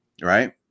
right